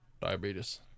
Diabetes